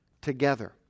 together